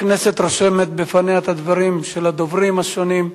הכנסת רושמת בפניה את הדברים של הדוברים השונים,